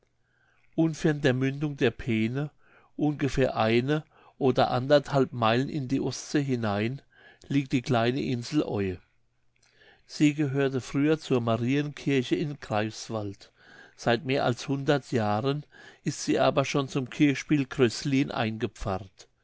unfern der mündung der peene ungefähr eine oder anderthalb meilen in die ostsee hinein liegt die kleine insel oie sie gehörte früher zur marien kirche in greifswald seit mehr als hundert jahren ist sie aber schon zum kirchspiel kröslin eingepfarrt